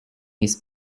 his